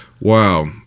Wow